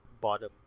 bottom